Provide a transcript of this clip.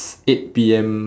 eight P_M